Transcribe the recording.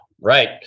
Right